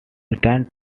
returned